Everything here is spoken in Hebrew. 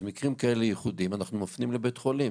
אז במקרים ייחודיים כאלה אנחנו מפנים לבית חולים.